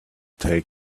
take